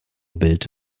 bild